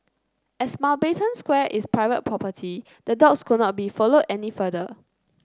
as Mountbatten Square is private property the dogs could not be followed any further